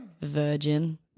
Virgin